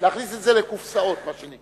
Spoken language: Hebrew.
להכניס את זה לקופסאות, מה שנקרא.